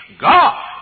God